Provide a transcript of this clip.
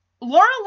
Laura